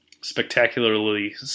spectacularly